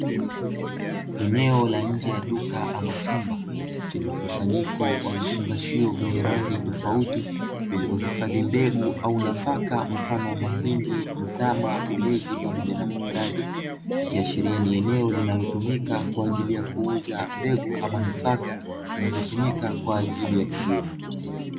Eneo la nje ya duka ama chumba, chenye mkusanyiko wa vifungashio vyenye rangi tofautiz vilivyohifadhi mbegu au nafaka mfano wa mahindi, mtama, ulezi, pamoja na maharage. Ikiashiria ni eneo linalotumika kwa ajili ya kuuza mbegu ama nafaka, zinazotumika kwa ajili ya kilimo.